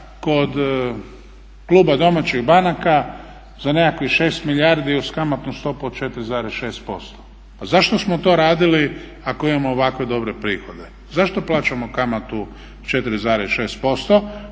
kod kluba domaćih banaka za nekakvih 6 milijardi uz kamatnu stopu od 4,6%. Pa zašto smo to radili ako imamo ovakve dobre prihode? Zašto plaćamo kamatu 4,6%?